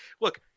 Look